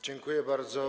Dziękuję bardzo.